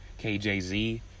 KJZ